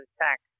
attack